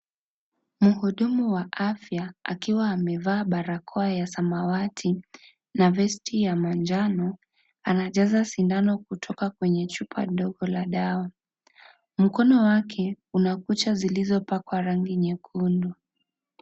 Muhudumu wa afya akiwa amevaa barakoa ya samawati na vesti ya manjano anajaza sindano kutoka kwenye chupa ndogo la dawa, mkono wake una kucha zilizo pakwa rangi nyekundu.